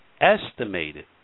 estimated